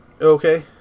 Okay